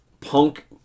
Punk